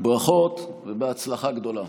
ברכות ובהצלחה גדולה.